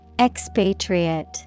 Expatriate